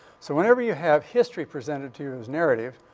so whenever you have history presented to you as narrative,